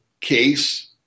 case